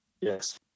Yes